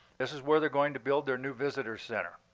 this is where they're going to build their new visitors center.